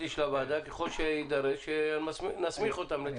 האנרגיה, נסמיך אותם לתקן.